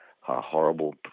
horrible